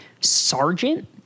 sergeant